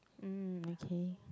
mm okay